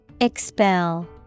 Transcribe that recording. Expel